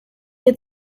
had